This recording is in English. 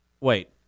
wait